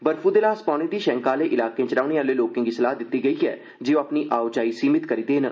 बर्फू दे ल्हास पौने दी षैंका आहले इलाकें च रोहने आले लोकें गी सलाह् दिती गेई ऐ जे ओह अपनी आओ जाई सीमित करी देन